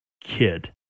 kid